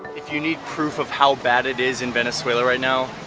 if you need proof of how bad it is in venezuela right now,